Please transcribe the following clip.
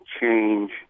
change